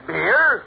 Beer